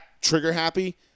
trigger-happy